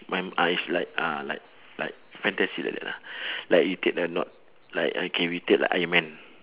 when ah is like ah like like fantastic like that like we take the not like okay we take like iron man